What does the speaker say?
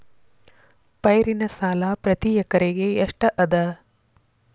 ಪೈರಿನ ಸಾಲಾ ಪ್ರತಿ ಎಕರೆಗೆ ಎಷ್ಟ ಅದ?